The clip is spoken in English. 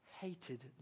hated